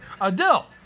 Adele